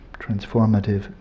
transformative